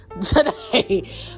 today